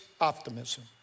optimism